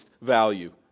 value